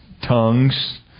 tongues